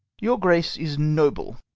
your grace is noble,